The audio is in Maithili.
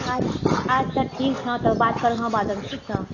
अच्छा ठीक छौं तोँ बात करिहऽ बादमे ठीक छौं